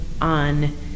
on